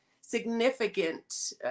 significant